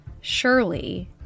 Surely